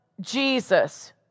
Jesus